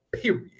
period